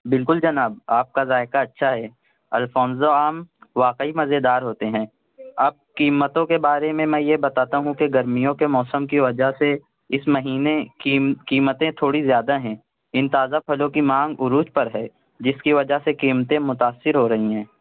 بالکل جناب آپ كا ذائقہ اچھا ہے الفاؤنزو آم واقعى مزيدار ہوتے ہيں آپ قیمتوں کے بارے میں میں یہ بتاتا ہوں کہ گرمیوں کے موسم کی وجہ سے اس مہینے قیمتیں تھوڑی زیادہ ہیں ان تازہ پھلوں کی مانگ عروج پر ہے جس كى وجہ سے قيمتيں متأثر ہو رہى ہيں